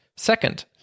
Second